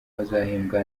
bazahembwa